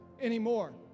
anymore